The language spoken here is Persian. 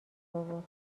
آورد